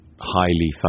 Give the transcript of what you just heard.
highly